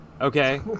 Okay